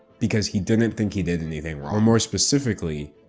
because he didn't think he did anything wrong or more specifically,